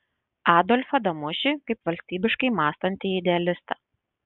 adolfą damušį kaip valstybiškai mąstantį idealistą